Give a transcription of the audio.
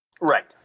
Right